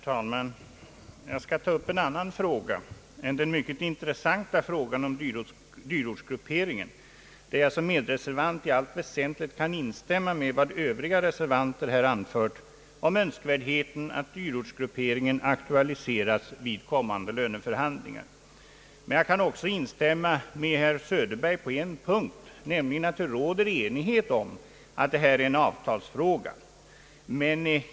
Herr talman! Jag skall ta upp en annan fråga än den mycket intressanta frågan om dyrortsgrupperingen, där jag som medreservant i allt väsentligt kan instämma i vad övriga reservanter här anfört om önskvärdheten att dyrortsgrupperingen aktualiseras vid kommande löneförhandlingar. Men jag kan också instämma med herr Söderberg på en punkt, nämligen att det råder enighet om att detta är en avtals fråga.